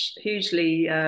hugely –